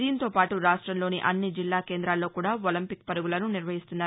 దానితో పాటు రాష్టంలోని అన్ని జిల్లా కేందాల్లో కూడా ఒలింపిక్ పరుగులను నిర్వహిస్తున్నారు